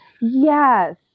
yes